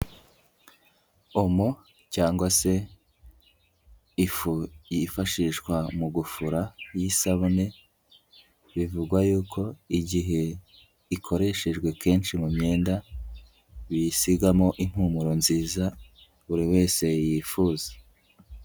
Omo cyangwa se ifu yifashishwa mu gufura y'isabune, bivugwa yuko igihe ikoreshejwe kenshi mu myenda, biyisigamo impumuro nziza, buri wese yifuza.